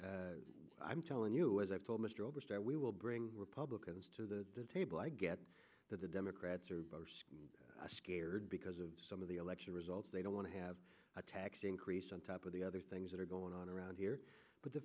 d i'm telling you as i told mr oberstar we will bring republicans to the table i get that the democrats are scared because of some of the election results they don't want to have a tax increase on top of the other things that are going on around here but the